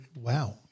wow